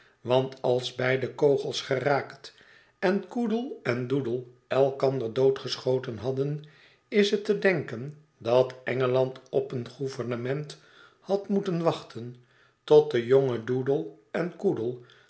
want als beide kogels geraakt en coodle en doodle elkander doodgeschoten hadden is het te denken dat engeland op een gouvernement had moeten wachten tot de jonge doodle en